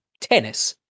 tennis